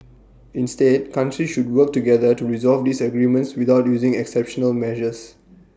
instead countries should work together to resolve disagreements without using exceptional measures